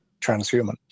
transhuman